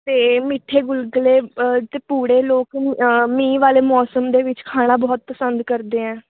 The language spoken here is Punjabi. ਅਤੇ ਮਿੱਠੇ ਗੁਲਗਲੇ ਅਤੇ ਪੂੜੇ ਲੋਕ ਮੀਂਹ ਵਾਲੇ ਮੌਸਮ ਦੇ ਵਿੱਚ ਖਾਣਾ ਬਹੁਤ ਪਸੰਦ ਕਰਦੇ ਹੈ